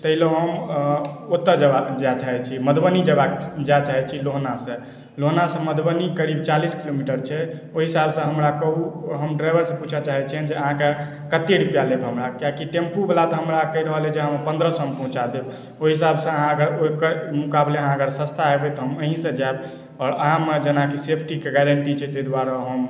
तऽ एलहुॅं हम ओतए जाय चाहै छी मधुबनी जेबाक जाय चाहै छी लोहना से लोहना सँ मधुबनी करीब चालीस किलोमीटर छै ओहि हिसाब सँ हमरा कहु हम ड्राइवर सँ पूछए चाहै छियनि जे अहाँके कते रुपैआ लेब हमरा किएकी टेम्पू वला तऽ हमरा कहि रहल अछि जे हम पन्द्रह सए मे पहुँचा देब ओहि हिसाब सँ अहाँ अगर ओकर मुकाबले अहाँ अगर सस्ता हेबै तऽ हम एहि सँ जाएब आओर अहाँमे जेनाकी सेफ्टीके गारेन्टी छै ताहि दुआरे हम